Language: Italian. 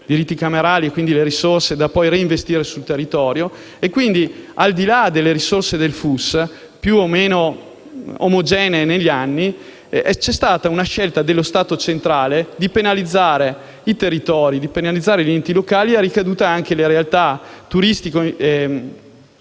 diritti camerali, quindi le risorse da reinvestire sul territorio. Quindi, al di là delle risorse del FUS, più o meno omogenee negli anni, c'è stata una scelta dello Stato centrale di penalizzare i territori e gli enti locali, con ricadute anche sulle realtà turistiche e